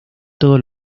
todos